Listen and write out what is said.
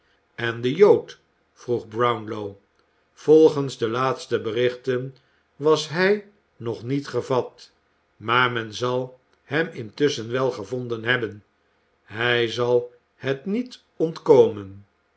en de jood vroeg brownlow volgens de laatste berichten was hij nog niet gevat maar men zal hem intusschen wel gevonden hebben hij zal het niet ontkomen